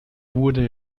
wurde